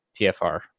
TFR